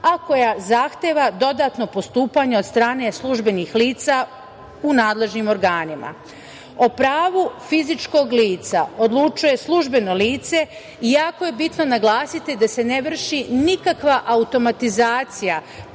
a koja zahteva dodatno postupanje od strane službenih lica u nadležnim organima.O pravu fizičkog lica odlučuje službeno lice i jako je bitno naglasiti da se ne vrši nikakva automatizacija